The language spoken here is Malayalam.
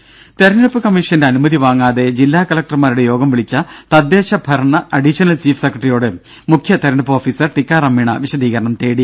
ദേദ തെരഞ്ഞെടുപ്പ് കമ്മീഷന്റെ അനുമതി വാങ്ങാതെ ജില്ലാ കലക്ടർമാരുടെ യോഗം വിളിച്ച തദ്ദേശ ഭരണ അഡീഷണൽ ചീഫ് സെക്രട്ടറിയോട് മുഖ്യ തെരഞ്ഞെടുപ്പ് ഓഫീസർ ടിക്കാറാം മീണ വിശദീകരണം തേടി